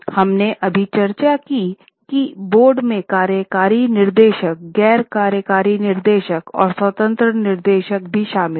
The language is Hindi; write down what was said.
हमने अभी चर्चा की है कि बोर्ड में कार्यकारी निदेशक गैर कार्यकारी निदेशक और स्वतंत्र निदेशक भी शामिल हैं